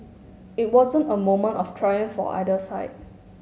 it wasn't a moment of triumph for either side